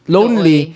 Lonely